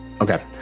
Okay